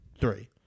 Three